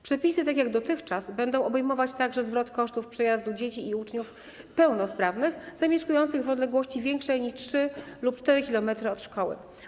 Przepisy, tak jak dotychczas, będą obejmować także zwrot kosztów przejazdu dzieci i uczniów pełnosprawnych zamieszkujących w odległości większej niż 3 km lub 4 km od szkoły.